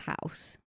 house